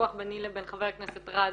בויכוח ביני לבין חבר הכנסת רז